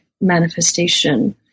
manifestation